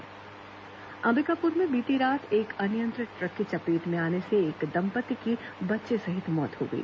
दुर्घटना अंबिकापुर में बीती रात एक अनियंत्रित ट्रक की चपेट में आने से एक दंपत्ति की बच्चे सहित मौत हो गई